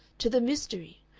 to the mystery.